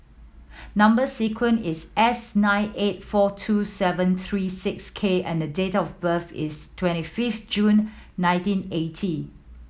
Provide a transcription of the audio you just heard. number sequence is S nine eight four two seven three six K and date of birth is twenty fifth June nineteen eighty